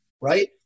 right